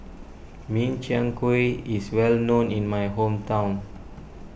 Min Chiang Kueh is well known in my hometown